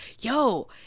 yo